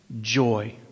joy